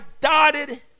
dotted